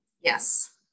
yes